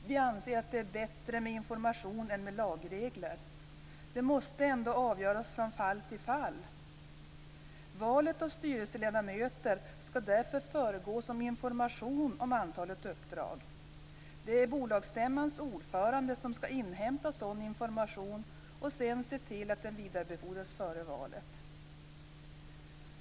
Vi anser att det är bättre med information än med lagregler. Det måste ändå avgöras från fall till fall. Valet av styrelseledamöter skall därför föregås av information om antalet uppdrag. Det är bolagsstämmans ordförande som skall inhämta sådan information och sedan se till att den vidarebefordras före valet.